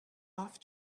off